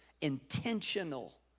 intentional